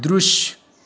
दृश्य